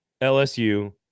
LSU